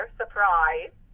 surprise